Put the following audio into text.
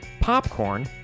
popcorn